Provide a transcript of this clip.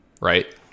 right